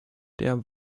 der